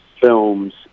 films